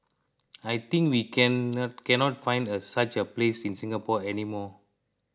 I think we can can not find uh such a place in Singapore any more